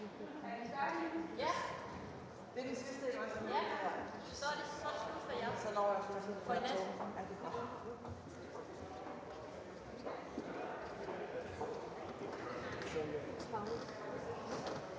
Hvad er det